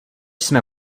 jsme